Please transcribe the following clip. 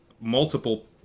multiple